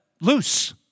loose